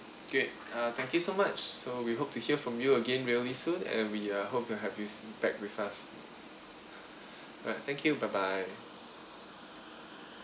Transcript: great uh thank you so much so we hope to hear from you again really soon and we hope to have you back with us alright thank you bye bye